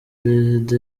perezida